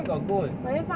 where got good